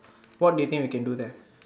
what do you think we can do there